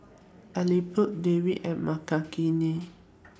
Elattuvalapil Devi and Makineni